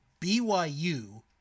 BYU